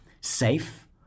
Safe